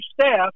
staff